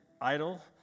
idle